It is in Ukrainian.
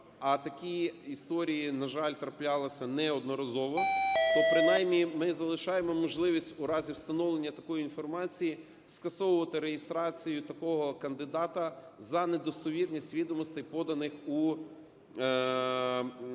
а такі історії, на жаль, траплялися неодноразово, то принаймні ми залишаємо можливість у разі встановлення такої інформації скасовувати реєстрацію такого кандидата за недостовірність відомостей, поданих у відповідну